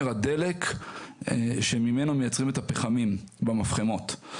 הדלק שממנו מייצרים את הפחמים במפחמות.